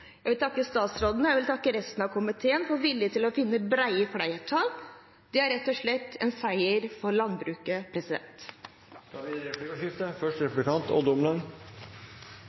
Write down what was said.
jeg vil takke statsråden, jeg vil takke resten av komiteen for vilje til å finne brede flertall. Det er rett og slett en seier for landbruket. Det blir replikkordskifte.